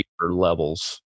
levels